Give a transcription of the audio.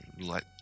let